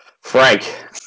Frank